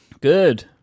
good